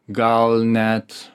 gal net